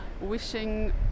wishing